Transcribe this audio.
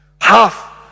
Half